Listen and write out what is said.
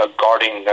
guarding